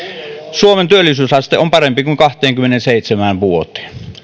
suomen työllisyysaste on parempi kuin kahteenkymmeneenseitsemään vuoteen